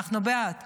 אנחנו בעד.